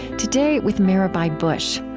today, with mirabai bush.